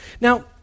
now